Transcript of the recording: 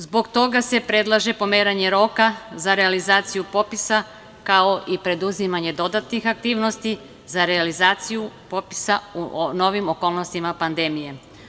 Zbog toga se predlaže pomeranje roka za realizaciju popisa, kao i preduzimanje dodatnih aktivnosti za realizaciju popisa u novim okolnostima pandemije.